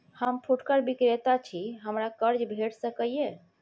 हम फुटकर विक्रेता छी, हमरा कर्ज भेट सकै ये?